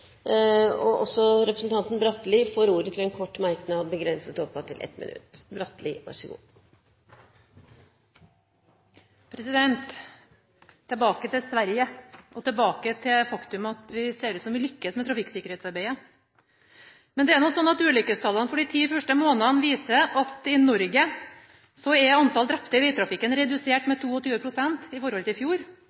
får ordet til en kort merknad, begrenset til 1 minutt. Jeg vil tilbake til Sverige og til det faktum at det ser ut som vi lykkes med trafikksikkerhetsarbeidet. Men det er jo sånn at ulykkestallene for de ti første månedene viser at i Norge er antall drepte i vegtrafikken redusert med 22 pst. i forhold til i fjor.